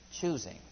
choosing